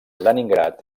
leningrad